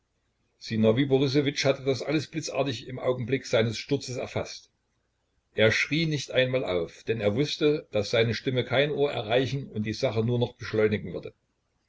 borissowitsch hatte das alles blitzartig im augenblick seines sturzes erfaßt er schrie nicht einmal auf denn er wußte daß seine stimme kein ohr erreichen und die sache nur noch beschleunigen würde